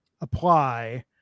apply